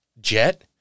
jet